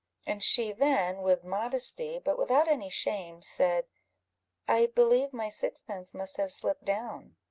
and she then, with modesty, but without any shame, said i believe my sixpence must have slipped down.